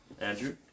Andrew